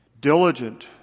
diligent